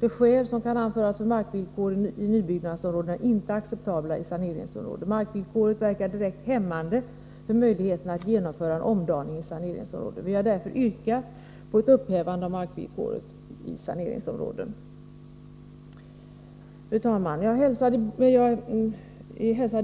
De skäl som kan anföras för markvillkor i nybyggnadsområden är inte acceptabla i saneringsområden. Markvillkoret verkar direkt hämmande när det gäller möjligheten att genomföra en omdaning i saneringsområden. Vi har därför yrkat på ett upphävande av markvillkoret i saneringsområden. Fru talman!